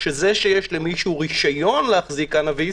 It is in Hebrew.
שזה שיש למישהו רשיון להחזיק קנאביס,